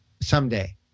Someday